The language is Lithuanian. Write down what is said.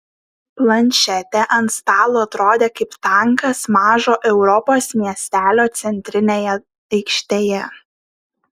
planšetė ant stalo atrodė kaip tankas mažo europos miestelio centrinėje aikštėje